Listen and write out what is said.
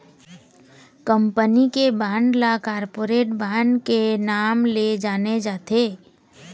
company के bond ल corporate bond के नांव ले जाने जाथे